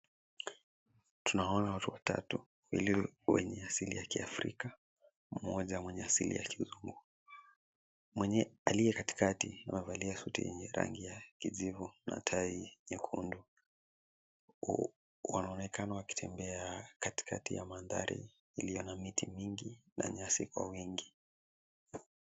Tunaona watu watu watatu wenye asili ya kiafrika, mmoja mwenye asili ya kizungu. Mwenye aliye katikati amevalia suti yenye rangi ya kijivu na tai nyekundu. Wanaonekana wakitembea katikati ya mandhari iliyo na miti mingi na nyasi kwa wingi.